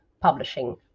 Publishing